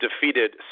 Defeated